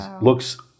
looks